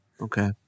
Okay